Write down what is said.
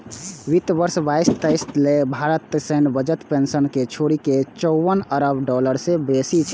वित्त वर्ष बाईस तेइस लेल भारतक सैन्य बजट पेंशन कें छोड़ि के चौवन अरब डॉलर सं बेसी छै